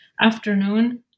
afternoon